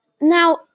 Now